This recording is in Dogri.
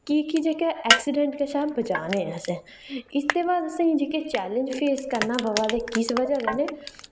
की के जेह्का एक्सीडेंट कशा बचाने असें इसदे बाद असें जेह्के चैलेंज फेस करना पवै दे किस वजह् कन्नै